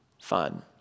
fun